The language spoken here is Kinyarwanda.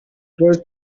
kurt